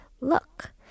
look